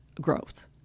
growth